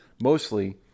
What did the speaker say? Mostly